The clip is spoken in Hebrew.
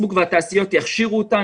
פייסבוק והתעשיות יכשירו אותם.